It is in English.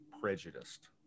prejudiced